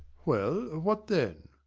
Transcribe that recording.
well, what then?